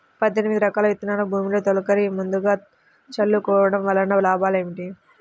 పద్దెనిమిది రకాల విత్తనాలు భూమిలో తొలకరి ముందుగా చల్లుకోవటం వలన లాభాలు ఏమిటి?